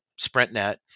SprintNet